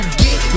get